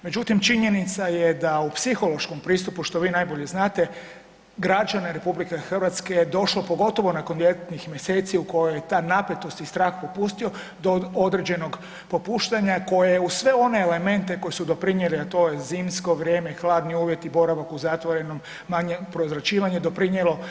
Međutim, činjenica je da u psihološkom pristupu što vi najbolje znate građane RH je došlo pogotovo nakon ljetnih mjeseci u kojoj je ta napetost i strah popustio do određenog popuštanja koje je uz sve one elemente koji su doprinijeli, a to zimsko vrijeme, hladni uvjeti, boravak u zatvorenom, manje prozračivanje, doprinijelo